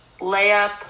layup